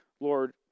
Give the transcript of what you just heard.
Lord